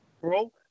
bro